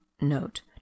note